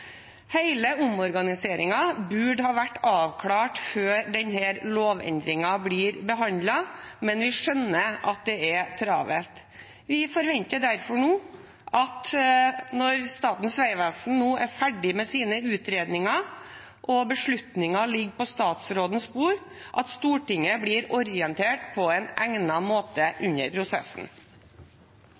burde ha vært avklart før denne lovendringen ble behandlet, men vi skjønner at det er travelt. Vi forventer derfor når Statens vegvesen er ferdig med sine utredninger og beslutningen ligger på statsrådens bord, at Stortinget blir orientert på en egnet måte under prosessen.